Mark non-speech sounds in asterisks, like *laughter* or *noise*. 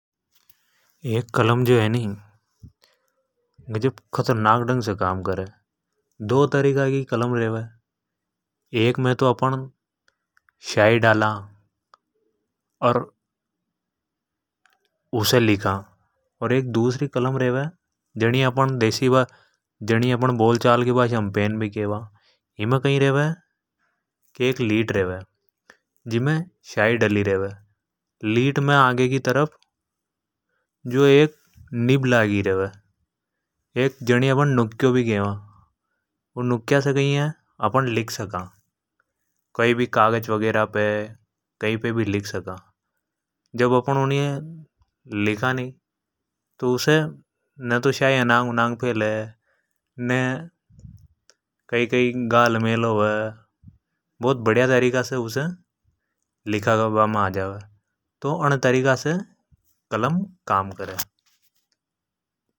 एक कलम जो है नी गजब खतरनाक डग से काम करे। दो तरीका की कलम रेवे एक मे तो अपण शाही डाला। अर दूसरी कलम रेवे जनि ये अपण बोल *unintelligible* चाल की भाषा मे पेन भी खेवा। इमे एक लिट् रेवे जिमे शाही डली रेवे। लीट के आगे की तरफ जो एक निभ लगी रे जनि अपण नुक्यो भी खेवा। उसे अपण लिख सका कई भी कागज़ वेगरे पे लिख सका। जब अपण उनी ये लिखा नी तो उसे न तो शाही अनांग उनांग फैले ने कई कई घालमेल होवे। बहुत बडीआ तरीका से उसे लिख बा मे आवे तो आण तरीका से कलम काम करे।